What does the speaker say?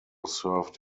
served